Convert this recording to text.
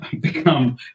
become